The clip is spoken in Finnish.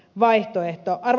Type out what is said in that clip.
arvoisa puhemies